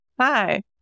Hi